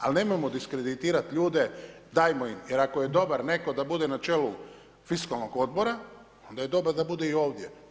Ali nemojmo diskreditirati ljude, dajmo im jer ako je dobar neko da bude na čelu fiskalnog odbora onda je dobar da bude i ovdje.